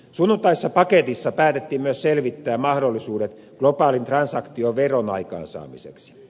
sunnuntaisessa paketissa päätettiin myös selvittää mahdollisuudet globaalin transaktioveron aikaansaamiseksi